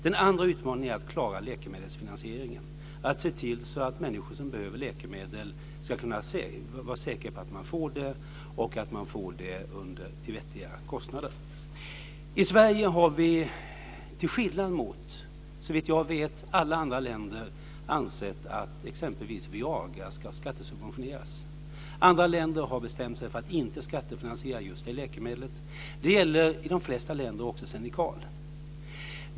Den andra utmaningen är att klara läkemedelsfinansieringen, att se till att människor som behöver läkemedel ska kunna vara säkra på att få sådana, dessutom till vettiga kostnader. I Sverige har vi, såvitt jag vet, till skillnad från alla andra länder ansett att exempelvis Viagra ska skattesubventioneras. Andra länder har bestämt sig för att inte skattefinansiera just det läkemedlet. I de flesta länder gäller det också Xenical.